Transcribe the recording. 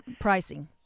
pricing